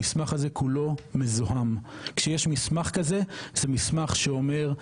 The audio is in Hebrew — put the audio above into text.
המסמך הזה כולו מזוהם כשיש מסמך כזה זה מסמך שאומר,